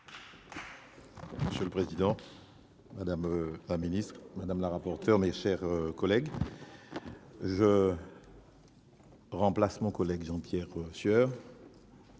Monsieur le président, madame la ministre, madame la rapporteur, mes chers collègues, je remplace mon collègue Jean-Pierre Sueur.